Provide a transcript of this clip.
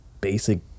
basic